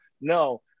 No